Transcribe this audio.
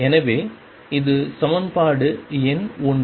எனவே இது சமன்பாடு எண் 1